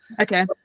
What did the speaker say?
Okay